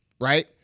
Right